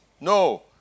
No